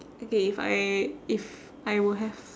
okay if I if I were have